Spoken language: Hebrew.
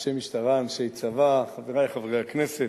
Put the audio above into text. אנשי משטרה, אנשי צבא, חברי חברי הכנסת,